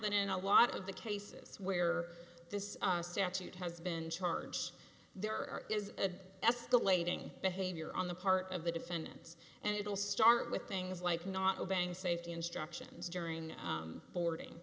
that in a lot of the cases where this statute has been charged there is a escalating behavior on the part of the defendants and it will start with things like not obeying safety instructions during boarding